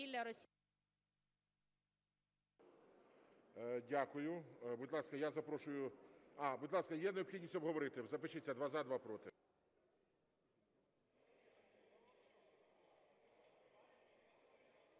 запрошую… Будь ласка, є необхідність обговорити? Запишіться: два – за, два – проти.